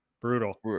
brutal